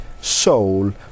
soul